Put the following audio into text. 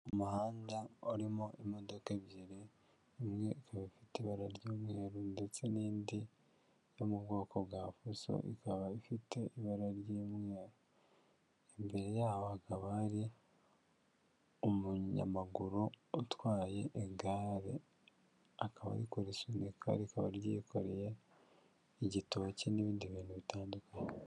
Umuhanda urimo imodoka ebyiri, imwe ikaba fite ibara ry'umweru ndetse n'indi yo mu bwoko bwa Fuso, ikaba ifite ibara ry'umweru, imbere yaho hakaba hari umunyamaguru utwaye igare, akaba ari kurisunika, rikaba ryikoreye igitoki, n'ibindi bintu bitandukanye.